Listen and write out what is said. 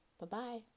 Bye-bye